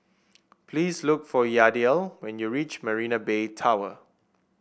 please look for Yadiel when you reach Marina Bay Tower